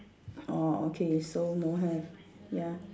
orh okay so no have ya